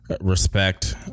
respect